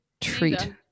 treat